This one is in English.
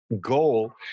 goal